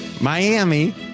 Miami